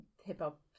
hip-hop